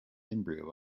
embryo